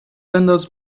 بنداز